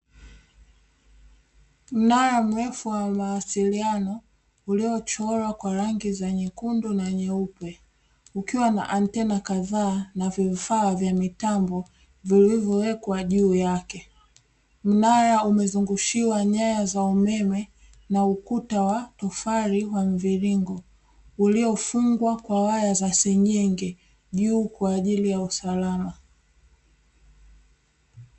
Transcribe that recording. Mnara mrefu wa mawasiliano, uliochorwa kwa rangi za nyekundu na nyeupe ukiwa na antena kadhaa na vifaa vya mitambo vilivyowekwa juu yake. Mnara umezungushiwa nyaya za umeme, na ukuta wa tofali wa mviringo uliyofungwa kwa waya za seng'enge juu kwa ajili ya usalama.